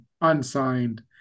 unsigned